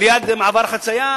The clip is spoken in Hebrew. ליד מעבר חצייה